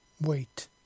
wait